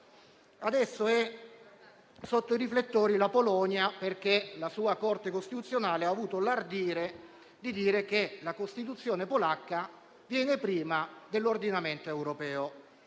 Adesso è sotto i riflettori la Polonia, perché la sua Corte costituzionale ha avuto l'ardire di dire che la Costituzione polacca viene prima dell'ordinamento europeo.